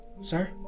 sir